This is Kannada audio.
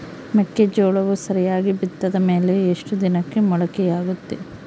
ಮೆಕ್ಕೆಜೋಳವು ಸರಿಯಾಗಿ ಬಿತ್ತಿದ ಮೇಲೆ ಎಷ್ಟು ದಿನಕ್ಕೆ ಮೊಳಕೆಯಾಗುತ್ತೆ?